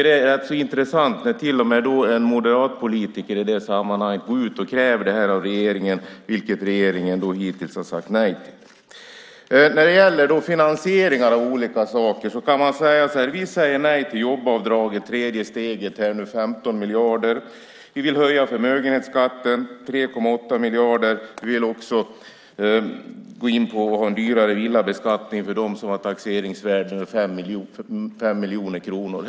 Det är intressant när till och med en moderatpolitiker kräver detta av regeringen. Regeringen har hittills sagt nej till det. När det gäller finansiering av olika saker vill jag säga att vi säger nej till jobbavdraget, tredje steget; det är nu 15 miljarder. Vi vill höja förmögenhetsskatten; det blir 3,8 miljarder. Vi vill också ha en högre villabeskattning för dem som har taxeringsvärden över 5 miljoner kronor.